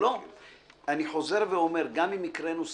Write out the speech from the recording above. אני חוזר ואומר: גם אם הקראנו סעיפים,